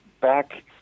back